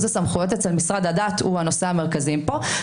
הסמכויות במשרד הדת זה הנושא המרכזי פה,